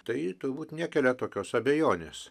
tai turbūt nekelia tokios abejonės